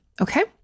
Okay